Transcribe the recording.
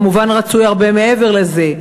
כמובן רצוי הרבה מעבר לזה,